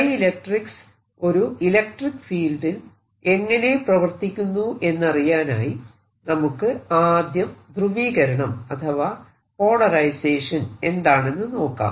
dielectrics ഒരു electric ഫീൽഡിൽ എങ്ങനെ പ്രവർത്തിക്കുന്നു എന്നറിയാനായി നമുക്ക് ആദ്യം ധ്രുവീകരണം അഥവാ പോളറൈസേഷൻ എന്താണെന്ന് നോക്കാം